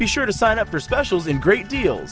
be sure to sign up for specials and great deals